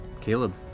Caleb